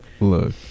Look